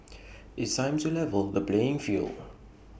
it's time to level the playing field